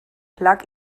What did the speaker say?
plug